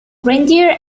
reindeer